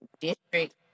District